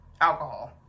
alcohol